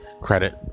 credit